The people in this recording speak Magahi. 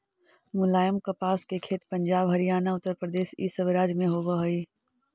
मुलायम कपास के खेत पंजाब, हरियाणा, उत्तरप्रदेश इ सब राज्य में होवे हई